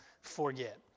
forget